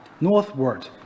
northward